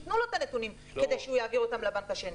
כדי שייתנו לו את הנתונים כדי שהוא יעביר לבנק השני.